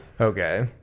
Okay